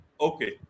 okay